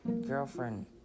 girlfriend